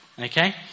Okay